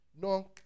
No